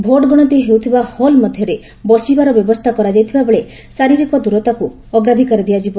vote ଗଣତି ହେଉଥିବା hall ମଧ୍ୟରେ ବସିବାର ବ୍ୟବସ୍ଥା କରାଯିବା ବେଳେ ଶାରୀରିକ ଦୂରତାକୁ ଅଗ୍ରାଧିକାର ଦିଆଯିବ